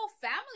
family